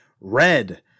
Red